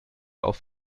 auf